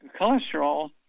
cholesterol